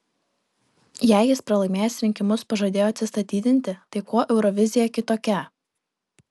jei jis pralaimėjęs rinkimus pažadėjo atsistatydinti tai kuo eurovizija kitokia